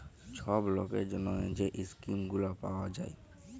ছব লকের জ্যনহে যে ইস্কিম গুলা পাউয়া যায়